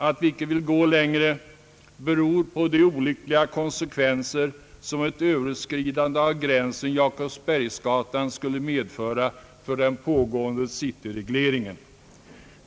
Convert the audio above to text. Att vi icke vill gå längre beror på de olyckliga konsekvenser som ett överskridande av gränsen Jakobsgatan skulle medföra för den pågående cityregleringen.